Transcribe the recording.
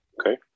Okay